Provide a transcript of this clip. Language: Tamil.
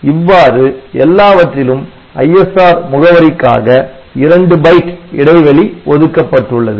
இவ்வாறு எல்லாவற்றிலும் ISR முகவரிக்காக 2 பைட் இடைவெளி ஒதுக்கப்பட்டுள்ளது